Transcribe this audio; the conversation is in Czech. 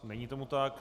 Není tomu tak.